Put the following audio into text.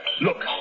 Look